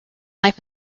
life